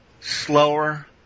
slower